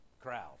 crowd